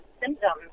symptoms